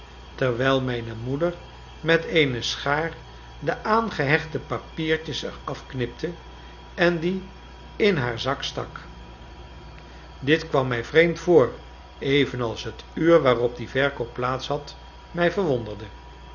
terwijl mijne moeder met eene schaar de aangehechte papiertjes er afknipte en die in haar zak stak dit kwam mij vreemd voor evenals het uur waarop die verkoop plaats had mij verwonderde